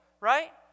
right